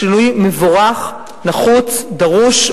זהו שינוי מבורך, נחוץ, דרוש.